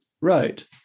Right